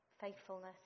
faithfulness